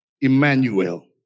Emmanuel